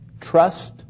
Trust